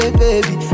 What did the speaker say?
baby